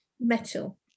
metal